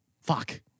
fuck